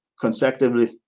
consecutively